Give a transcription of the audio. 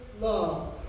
love